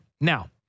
Now